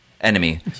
enemy